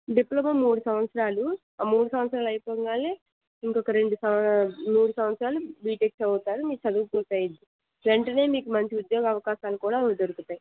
diploma మూడు సంవత్సరాలు ఆ మూడు సంవత్సరాలు అయిపోగానే ఇంకొక రెండు సం మూడు సంవత్సరాలు బీటెక్ చదువుతారు మీ చదువు పూర్తి అయ్యిద్ది వెంటనే మీకు మంచి ఉద్యోగావకాశాలు కూడా వు దొరుకుతాయి